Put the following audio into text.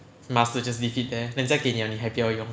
mask to just leave it there 人家给你了你还不要用